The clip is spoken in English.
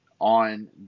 on